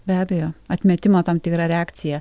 be abejo atmetimo tam tikra reakcija